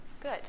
Good